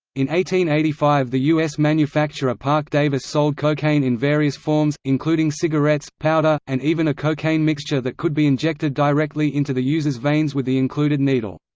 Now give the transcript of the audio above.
in eighty five the u s. manufacturer parke-davis sold cocaine in various forms, including cigarettes, powder, and even a cocaine mixture that could be injected directly into the user's veins with the included needle.